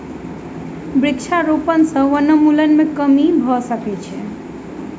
वृक्षारोपण सॅ वनोन्मूलन मे कमी भ सकै छै